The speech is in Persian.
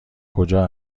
کجا